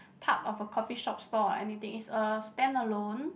part of a coffee shop store or anything it's a stand alone